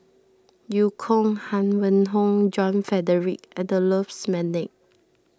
Eu Kong Huang Wenhong John Frederick Adolphus McNair